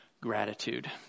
gratitude